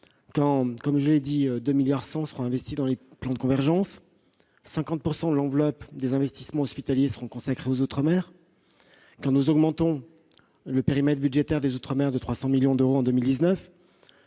quand, comme je l'ai rappelé, 2,1 milliards d'euros seront investis dans les plans de convergence, quand 50 % de l'enveloppe des investissements hospitaliers sera consacrée aux outre-mer, quand nous augmentons le périmètre budgétaire des outre-mer de 300 millions d'euros en 2019.